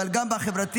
אבל גם בחברתי,